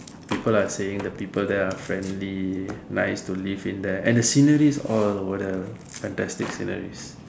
people are saying the there people are friendly nice to live in there and the scenery is all over there fantastic scenery